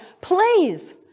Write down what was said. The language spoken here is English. please